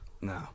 No